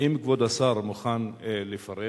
האם כבוד השר מוכן לפרט